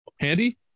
handy